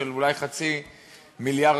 אולי חצי מיליארד,